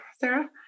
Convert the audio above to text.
Sarah